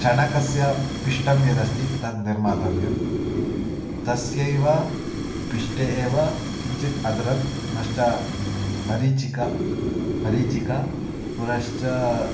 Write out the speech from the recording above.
चणकस्य पिष्टं यदस्ति तद् निर्मातव्यं तस्यैव पिष्टे एव किञ्चित् अदृक् पुनश्च मरीचिका मरीचिका पुनश्च